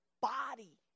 body